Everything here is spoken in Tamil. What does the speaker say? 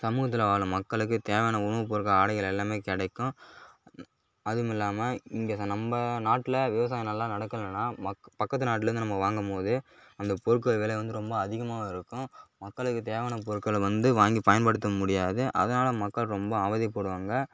சமூகத்தில் வாழும் மக்களுக்கு தேவையான உணவு பொருட்கள் ஆடைகள் எல்லாமே கிடைக்கும் அதுமில்லாமல் இங்கே ச நம்ப நாட்டில் விவசாயம் நல்லா நடக்கணும்னா மக் பக்கத்து நாட்லிருந்து நம்ம வாங்கும் போது அந்த பொருட்கள் விலை வந்து ரொம்ப அதிகமாக இருக்கும் மக்களுக்கு தேவையான பொருட்களை வந்து வாங்கி பயன்படுத்த முடியாது அதனால் மக்கள் ரொம்ப அவதிப்படுவாங்க